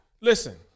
Listen